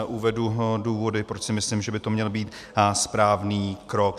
Uvedu důvody, proč si myslím, že by to měl být správný krok.